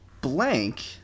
Blank